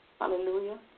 Hallelujah